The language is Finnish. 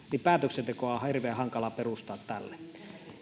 päätöksentekoa on hirveän hankala perustaa tälle